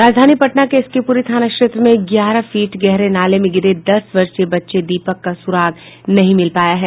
राजधानी पटना के एसके पुरी थाना क्षेत्र में ग्यारह फीट गहरे नाले में गिरे दस वर्षीय बच्चे दीपक का सुराग नहीं मिल पाया है